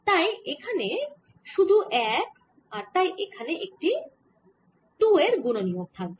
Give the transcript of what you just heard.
তাই এখানে শুধু এক আর তাই এখানে একটি 2 এর গুণনীয়ক থাকবে